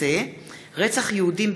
התשע"ט 2018,